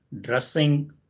dressing